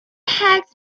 hawks